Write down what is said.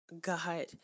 God